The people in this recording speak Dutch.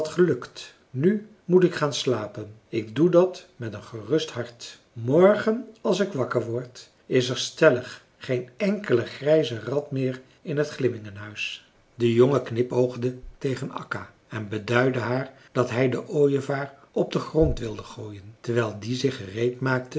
gelukt nu moet ik gaan slapen en ik doe dat met een gerust hart morgen als ik wakker word is er stellig geen enkele grijze rat meer in t glimmingehuis de jongen knipoogde tegen akka en beduidde haar dat hij den ooievaar op den grond wilde gooien terwijl die zich gereed maakte